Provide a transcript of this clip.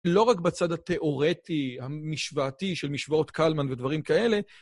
לא רק בצד התיאורטי המשוואתי של משוואות קלמן ודברים כאלה...